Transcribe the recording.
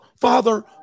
Father